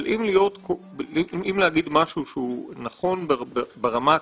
אבל אם לומר משהו שהוא נכון ברמה הכללית,